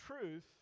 truth